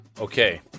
Okay